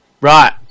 right